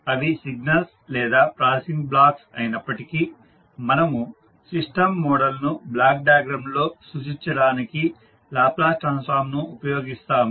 అవి సిగ్నల్స్ లేదా processing blocks అయినప్పటికీ మనము సిస్టం మోడల్ను బ్లాక్ డయాగ్రమ్ లో సూచించడానికి లాప్లాస్ ట్రాన్స్ఫార్మ్ ను ఉపయోగిస్తాము